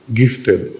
gifted